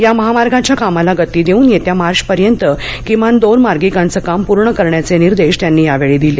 या महामार्गाच्या कामाला गती देऊन येत्या मार्चपर्यंत किमान दोन मार्गिकांचं काम पूर्ण करण्याचे निर्देश त्यांनी यावेळी दिले